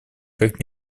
как